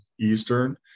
Eastern